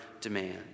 demand